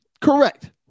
Correct